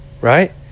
Right